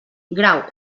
grau